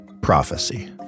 prophecy